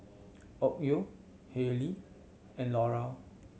Onkyo Haylee and Laurier